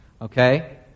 okay